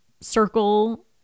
circle